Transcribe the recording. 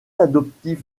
adoptif